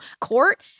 court